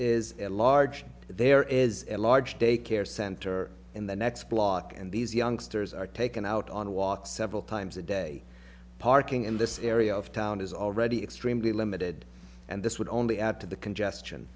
is a large there is a large daycare center in the next block and these youngsters are taken out on walks several times a day parking in this area of town is already extremely limited and this would only add to the congestion